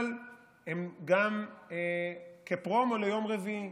אבל גם כפרומו ליום רביעי,